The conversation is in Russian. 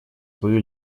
свою